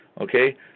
okay